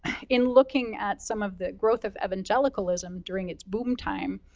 in looking at some of the growth of evangelicalism during it's boom time,